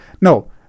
no